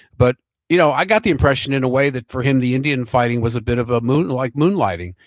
but you know i got the impression in a way that for him the indian fighting was a bit of a moon like moonlighting.